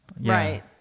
Right